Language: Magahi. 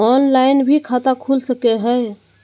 ऑनलाइन भी खाता खूल सके हय?